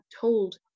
told